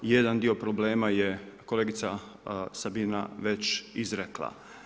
Jedan dio problema je i kolegica Sabina već izrekla.